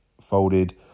folded